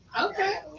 Okay